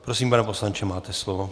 Prosím, pane poslanče, máte slovo.